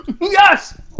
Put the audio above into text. Yes